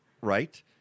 right